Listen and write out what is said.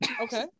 okay